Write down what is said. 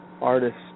artists